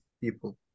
people